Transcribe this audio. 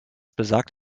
besagt